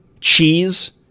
cheese